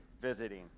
visiting